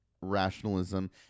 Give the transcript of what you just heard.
rationalism